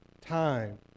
time